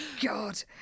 God